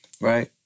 right